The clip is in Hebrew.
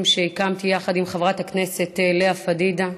שהקמתי יחד עם חברת הכנסת לאה פדידה.